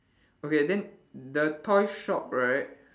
okay then the toy shop right